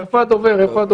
איפה הדובר?